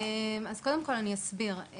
אני קודם כל אסביר.